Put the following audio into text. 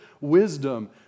wisdom